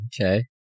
Okay